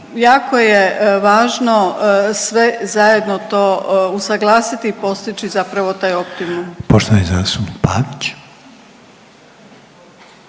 jako je važno sve zajedno to usuglasiti i postići zapravo taj optimum. **Reiner, Željko